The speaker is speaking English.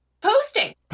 posting